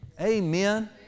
Amen